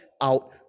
out